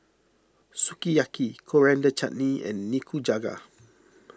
Sukiyaki Coriander Chutney and Nikujaga